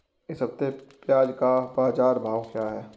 इस हफ्ते प्याज़ का बाज़ार भाव क्या है?